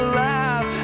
laugh